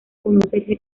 conocerse